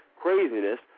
craziness